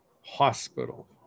hospital